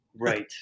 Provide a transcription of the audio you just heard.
Right